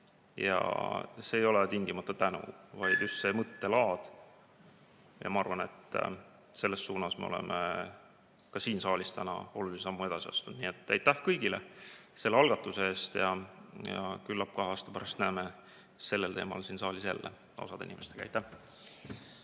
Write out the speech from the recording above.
See ei ole tingimata tänu, vaid just mõttelaad. Ma arvan, et selles suunas me oleme ka siin saalis täna olulise sammu edasi astunud. Aitäh kõigile selle algatuse eest! Küllap kahe aasta pärast näeme sellel teemal siin saalis jälle osa inimestega.